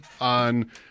on